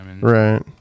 Right